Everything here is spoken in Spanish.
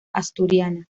asturiana